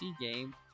game